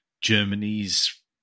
Germany's